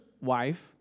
wife